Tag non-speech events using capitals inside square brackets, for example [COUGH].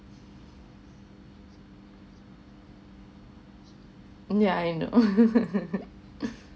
yeah I know [LAUGHS]